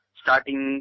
starting